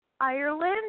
Ireland